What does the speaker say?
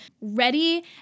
ready